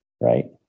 Right